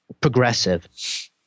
Progressive